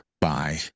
bye